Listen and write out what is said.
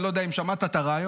אני לא יודע אם שמעת את הרעיון,